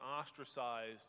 ostracized